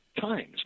times